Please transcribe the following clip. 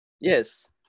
Yes